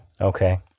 Okay